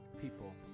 people